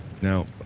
Now